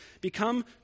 become